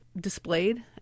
displayed